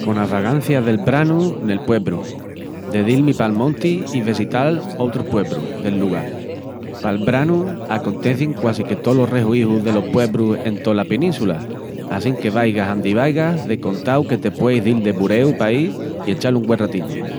Conas vagancias del branu nel puebru, de dil-mi pal monti i vesital otrus puebrus del lugal. Pal branu acontecin quasique tolos rehuijus delos puebrus en tola pinínsula, assinque vaigas andi vaigas de contau que te pueis dil de bureu paí i echal un güen ratinu.